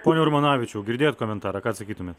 pone urmonavičiau girdėjot komentarą ką atsakytumėt